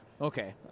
Okay